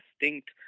distinct